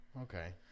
Okay